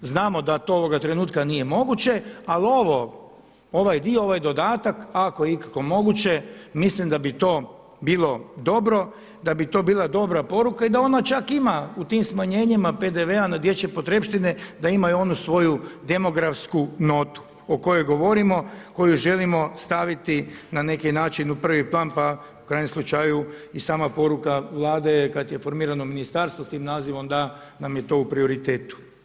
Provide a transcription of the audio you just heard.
Znamo da ovoga trenutka to nije moguće, ali ovaj dio ovaj dodatak ako je ikako moguće mislim da bi to bilo dobro, da bi to bila dobra poruka i da ona čak ima u tim smanjenjima PDV-a na dječje potrepštine da imaju onu svoju demografsku notu o kojoj govorimo, koju želimo staviti na neki način u prvi plan pa u krajnjem slučaju i sama poruka Vlade je kada formirano ministarstvo s tim nazivom da nam je to u prioritetu.